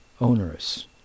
onerous